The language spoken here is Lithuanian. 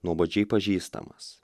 nuobodžiai pažįstamas